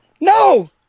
No